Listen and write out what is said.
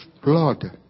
blood